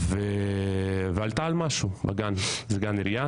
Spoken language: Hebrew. היא עלתה על משהו שקורה.